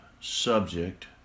subject